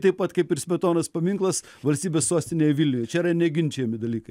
taip pat kaip ir smetonos paminklas valstybės sostinėje vilniuj čia yra neginčijami dalykai